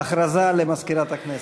הודעה למזכירת הכנסת.